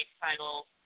title